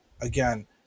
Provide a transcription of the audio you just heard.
Again